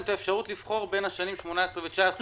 את האפשרות לבחור בין השנים 18' ו-19',